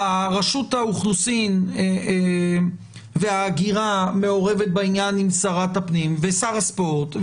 רשות האוכלוסין וההגירה מעורבת בעניין עם שרת הפנים ושר הספורט.